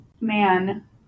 man